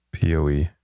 POE